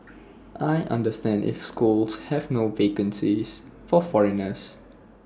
I understand if schools have no vacancies for foreigners